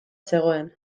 zegoen